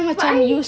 but I